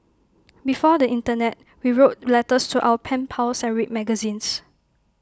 before the Internet we wrote letters to our pen pals and read magazines